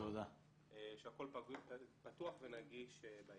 כשהכול פתוח ונגיש.